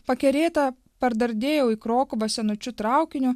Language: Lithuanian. pakerėta pardardėjau į krokuvą senučiu traukiniu